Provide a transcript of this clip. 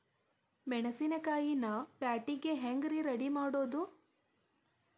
ಮೆಣಸಿನಕಾಯಿನ ಪ್ಯಾಟಿಗೆ ಹ್ಯಾಂಗ್ ರೇ ರೆಡಿಮಾಡೋದು?